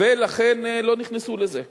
ולכן לא נכנסו לזה.